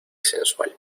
sensual